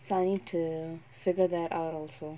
so I need to figure that out also